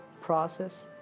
process